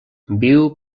viu